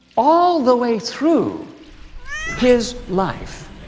all the way through his life